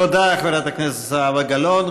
תודה לחברת הכנסת זהבה גלאון.